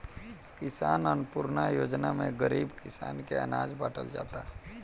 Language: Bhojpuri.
किसान अन्नपूर्णा योजना में गरीब किसान के अनाज बाटल जाता